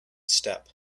step